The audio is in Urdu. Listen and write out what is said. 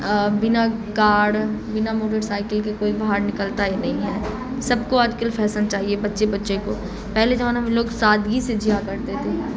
بنا کار بنا موٹر سائیکل کے کوئی باہر نکلتا ہی نہیں ہے سب کو آج کل فیسن چاہیے بچے بچے کو پہلے زمانہ میں لوگ سادگی سے جیا کرتے تھے